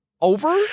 over